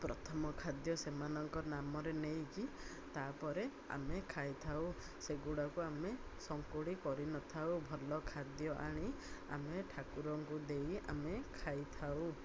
ପ୍ରଥମ ଖାଦ୍ୟ ସେମାନଙ୍କ ନାମରେ ନେଇକି ତାପରେ ଆମେ ଖାଇଥାଉ ସେଗୁଡ଼ାକୁ ଆମେ ଶଙ୍କୁଡ଼ି କରିନଥାଉ ଭଲ ଖାଦ୍ୟ ଆଣି ଆମେ ଠାକୁରଙ୍କୁ ଦେଇ ଆମେ ଖାଇଥାଉ